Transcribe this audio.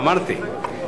אמרתי.